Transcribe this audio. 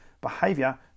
behavior